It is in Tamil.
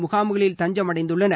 முகாம்களில் தஞ்சம் அடைந்துள்ளனர்